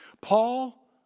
Paul